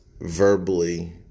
verbally